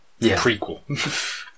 prequel